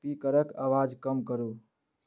स्पीकरके आवाज कम करू